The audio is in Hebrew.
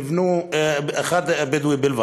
היא של בדואי.